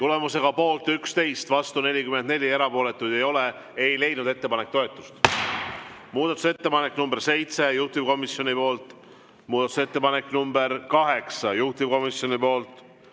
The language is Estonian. Tulemusega poolt 10, vastu 44, erapooletuid ei ole ei leidnud ettepanek toetust. Muudatusettepanek nr 13, juhtivkomisjoni poolt. Muudatusettepanek nr 14, juhtivkomisjoni poolt.